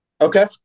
Okay